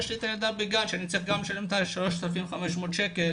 יש גם את הילדה בגן שעליה צריך לשלם 3,500 שקל